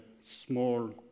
small